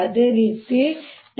ಅದೇ ರೀತಿ ನಾನು